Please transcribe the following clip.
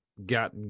Got